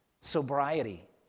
sobriety